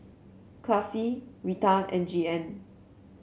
Classie Rita and Jeanne